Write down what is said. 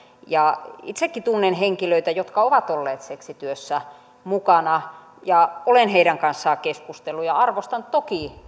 itsekin tunnen henkilöitä jotka ovat olleet seksityössä mukana olen heidän kanssaan keskustellut ja arvostan toki